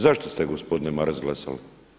Zašto ste gospodine Maras glasali?